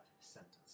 sentence